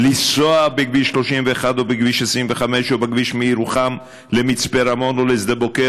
לנסוע בכביש 31 או בכביש 25 או בכביש מירוחם למצפה רמון או לשדה בוקר,